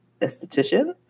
esthetician